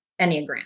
Enneagram